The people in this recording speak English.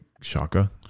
Shaka